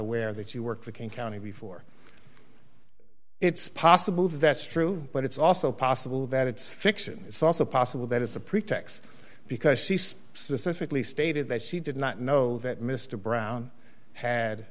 aware that you worked for king county before it's possible that that's true but it's also possible that it's fiction it's also possible that it's a pretext because she specifically stated that she did not know that mr brown had